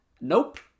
Nope